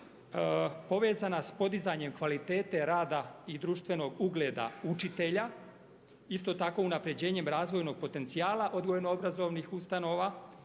povezana sa podizanjem kvalitete rada i društvenog ugleda učitelja. Isto tako unapređenjem razvojnog potencijala odgojno obrazovnih ustanova,